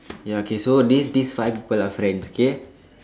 ya okay so these these five people are friends okay